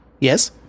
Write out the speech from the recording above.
Yes